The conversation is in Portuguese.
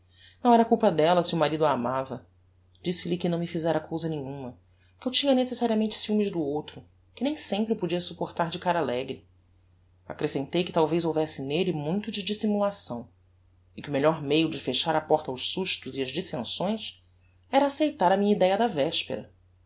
não era culpa della se o marido a amava disse-lhe que não me fizera cousa nenhuma que eu tinha necessariamente ciumes do outro que nem sempre o podia supportar de cara alegre accrescentei que talvez houvesse nelle muito de dissimulação e que o melhor meio de fechar a porta aos sustos e ás dissensões era aceitar a minha idéa da vespera